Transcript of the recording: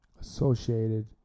associated